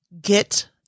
Get